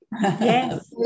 Yes